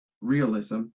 realism